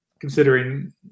considering